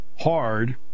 hard